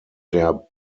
der